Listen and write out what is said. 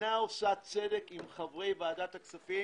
אינה עושה צדק עם חברי ועדת הכספים